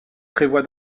prévoit